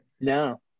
No